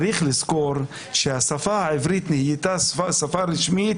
צריך לזכור שהשפה העברית נהייתה שפה רשמית